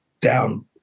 down